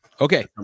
Okay